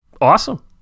Awesome